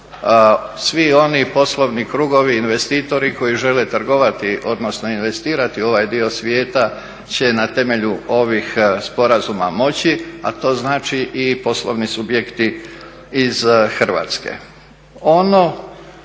Svi oni poslovni krugovi, investitori koji žele trgovati odnosno investirati u ovaj dio svijeta će na temelju ovih sporazuma moći, a to znači i poslovni subjekti iz Hrvatske.